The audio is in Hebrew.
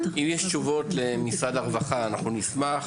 אם יש למשרד הרווחה תשובות, אנחנו נשמח.